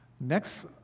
Next